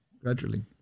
gradually